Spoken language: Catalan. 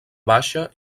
baixa